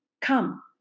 come